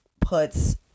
puts